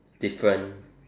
different